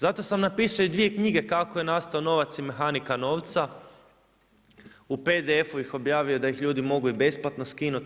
Zato sam napisao dvije knjige – Kako je nastao novac i Mehanika novca u PDF-u ih objavio da ih ljudi mogu i besplatno skinut.